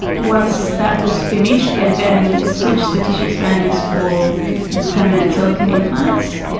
once that was finished they then switched the tissue expanders for permanent silicon implants,